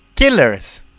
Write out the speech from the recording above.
Killers